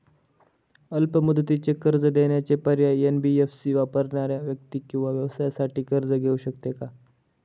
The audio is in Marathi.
अल्प मुदतीचे कर्ज देण्याचे पर्याय, एन.बी.एफ.सी वापरणाऱ्या व्यक्ती किंवा व्यवसायांसाठी कर्ज घेऊ शकते का?